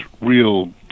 real